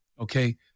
okay